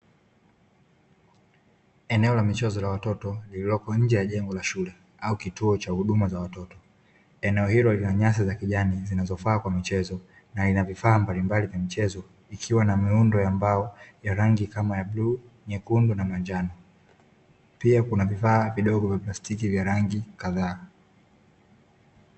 Eneo la michezo la watoto lililopo nje ya jengo la shule au kituo cha huduma za watoto, eneo hilo lina nyasi za kijani zinazofaa kwa michezo na ina vifaa mbalimbali vya michezo ikiwa na miundo ya mbao ya rangi kama ya bluu, nyekundu na manjano, pia kuna vifaa vidogo vya plastiki vya rangi kadhaa.